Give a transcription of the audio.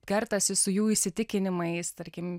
kertasi su jų įsitikinimais tarkim